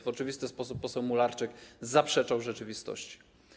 W oczywisty sposób poseł Mularczyk zaprzeczał rzeczywistości.